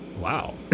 Wow